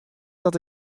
dat